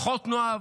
פחות נאהב,